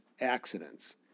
accidents